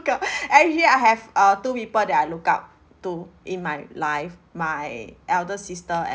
up actually I have uh two people that I look up to in my life my elder sister and